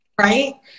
Right